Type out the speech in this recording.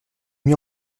mis